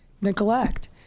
neglect